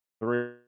three